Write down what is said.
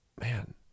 man